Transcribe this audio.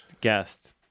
Guest